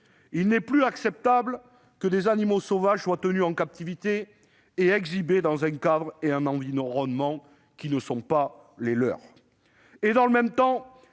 Il n'est plus acceptable que des animaux sauvages soient tenus en captivité et exhibés dans un cadre et un environnement qui ne sont pas les leurs. Dans le même temps,